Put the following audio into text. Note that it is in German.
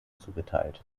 zugeteilt